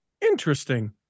Interesting